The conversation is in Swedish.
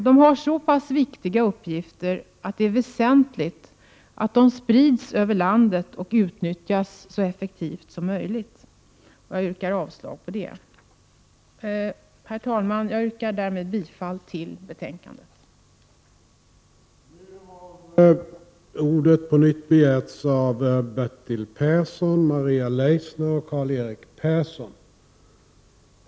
De har så viktiga uppgifter att det är väsentligt att de sprids över landet och utnyttjas så effektivt som möjligt. Jag yrkar avslag även på den reservationen. Herr talman! Jag yrkar bifall till utskottets hemställan.